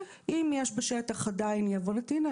אם יש בשטח עדיין אי הבנות - הנה.